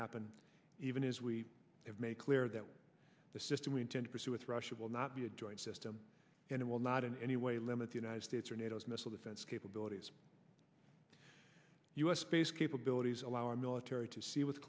happen even as we have made clear that the system we intend to pursue with russia will not be a joint system and it will not in any way limit the united states or nato is missile defense capabilities u s space capabilities allow our military to see w